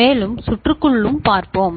மேலும் சுற்றுக்குள்ளும் பார்ப்போம்